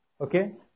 Okay